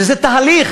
שזה תהליך